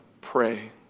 Pray